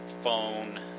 phone